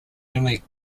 only